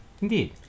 Indeed